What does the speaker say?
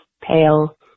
pale